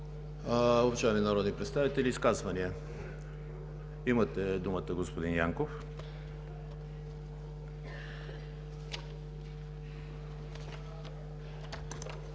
Уважаеми народни представители, изказвания? Имате думата, господин Янков.